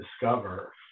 discover